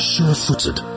Sure-footed